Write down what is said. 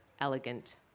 elegant